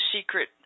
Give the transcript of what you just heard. secret